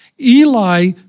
Eli